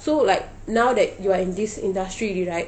so like now that you are in this industry right